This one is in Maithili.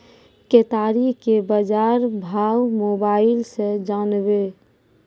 केताड़ी के बाजार भाव मोबाइल से जानवे?